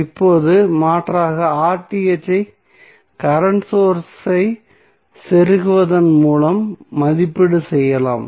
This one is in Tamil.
இப்போது மாற்றாக ஐ கரண்ட் சோர்ஸ் ஐ செருகுவதன் மூலமும் மதிப்பீடு செய்யலாம்